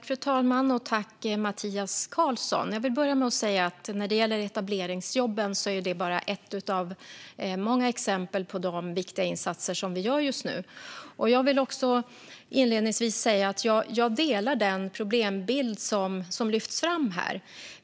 Fru talman! Jag tackar Mattias Karlsson för detta. När det gäller etableringsjobben är de bara ett av många exempel på de viktiga insatser som vi gör just nu. Jag vill också inledningsvis säga att jag delar den problembild som lyfts fram här.